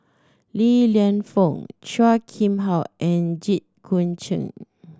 Li Lienfung Chua Kim How and Jit Koon Ch'ng